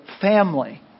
family